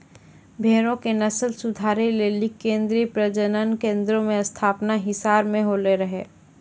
भेड़ो के नस्ल सुधारै लेली केन्द्रीय प्रजनन केन्द्रो के स्थापना हिसार मे होलो रहै